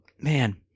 man